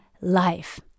life